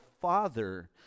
Father